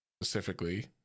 specifically